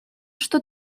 что